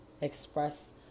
express